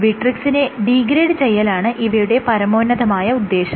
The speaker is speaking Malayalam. വിട്രിക്സിനെ ഡീഗ്രേഡ് ചെയ്യലാണ് ഇവയുടെ പരമോന്നതമായ ഉദ്ദേശം